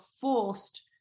forced